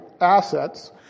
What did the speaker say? assets